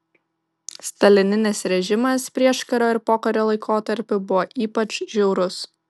stalininis režimas prieškario ir pokario laikotarpiu buvo ypač žiaurus